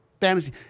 fantasy